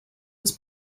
was